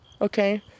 okay